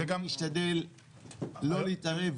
שאתה משתדל לא להתערב,